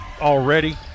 already